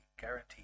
guaranteed